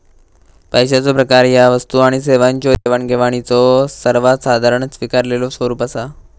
पैशाचो प्रकार ह्या वस्तू आणि सेवांच्यो देवाणघेवाणीचो सर्वात साधारण स्वीकारलेलो स्वरूप असा